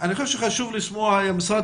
אני חושב שחשוב לשמוע גם את המשרד